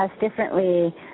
differently